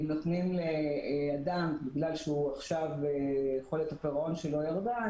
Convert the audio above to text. אם נותנים לאדם בגלל שעכשיו יכולת הפירעון שלו ירדה,